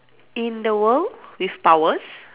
in the world with powers